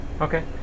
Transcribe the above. Okay